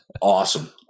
Awesome